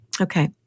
Okay